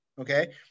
Okay